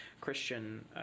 Christian